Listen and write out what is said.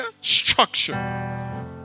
structure